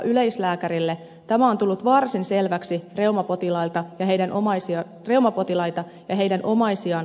tämä on tullut varsin selväksi reumapotilaita ja heidän omaisiaan kuunnellessani